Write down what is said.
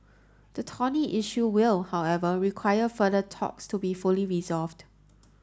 the thorny issue will however require further talks to be fully resolved